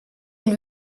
been